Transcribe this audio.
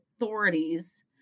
authorities